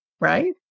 right